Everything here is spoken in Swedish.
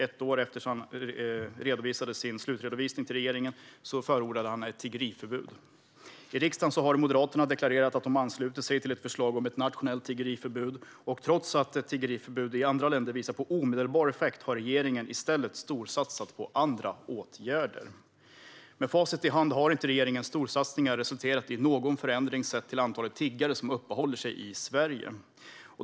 Ett år efter att han presenterat sin slutredovisning för regeringen förordade han ett tiggeriförbud. I riksdagen har Moderaterna deklarerat att de ansluter sig till ett förslag om ett nationellt tiggeriförbud. Trots att tiggeriförbud gett omedelbar effekt i andra länder har regeringen storsatsat på andra åtgärder. Med facit i hand kan vi se att regeringens storsatsningar inte har resulterat i någon förändring sett till antalet tiggare som uppehåller sig i Sverige.